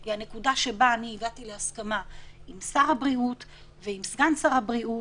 היא הנקודה שבה הגעתי להסכמה עם שר הבריאות ועם סגן שר הבריאות,